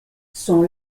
sont